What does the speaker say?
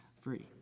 Free